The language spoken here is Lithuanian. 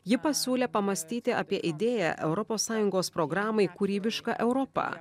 ji pasiūlė pamąstyti apie idėją europos sąjungos programai kūrybiška europa